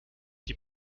die